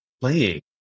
playing